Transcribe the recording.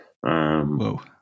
Whoa